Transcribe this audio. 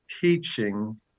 teaching